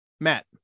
Matt